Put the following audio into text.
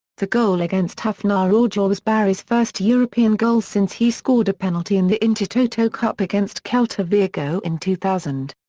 the goal against hafnarfjordur was barry's first european goal since he scored a penalty in the intertoto cup against celta vigo in two thousand.